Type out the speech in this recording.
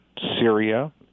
Syria